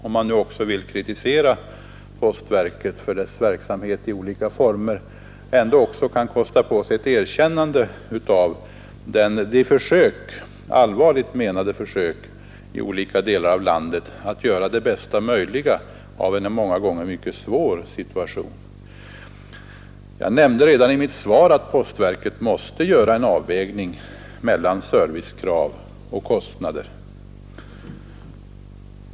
Om man vill kritisera postverket för dess verksamhet i olika former, kan man ändå kosta på sig ett erkännande av de allvarligt menade försök i olika delar av landet, som görs för att åstadkomma det bästa möjliga av en många gånger mycket svår situation. Jag nämnde redan i mitt svar att postverket måste göra en avvägning mellan servicekrav och kostnader.